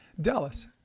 Dallas